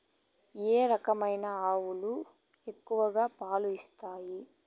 ఏ రకమైన ఆవులు ఎక్కువగా పాలు ఇస్తాయి?